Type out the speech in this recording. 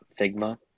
Figma